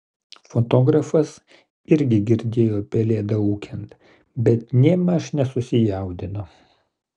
fotografas irgi girdėjo pelėdą ūkiant bet nėmaž nesusijaudino